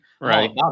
Right